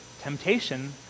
temptation